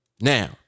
Now